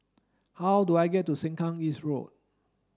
how do I get to Sengkang East Road